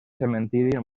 cementiri